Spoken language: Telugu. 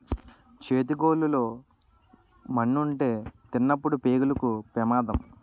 చేతి గోళ్లు లో మన్నుంటే తినినప్పుడు పేగులకు పెమాదం